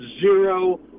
zero